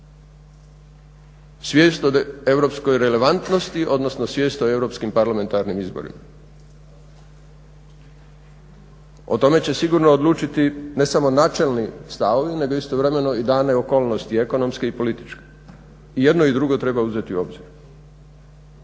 svijest o europskoj relevantnosti odnosno svijest o europskim parlamentarnim izborima. O tome će sigurno odlučiti ne samo načelni stavovi nego istovremeno dane okolnosti ekonomske i političke. I jedno i drugo treba uzeti u obzir.